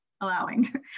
allowing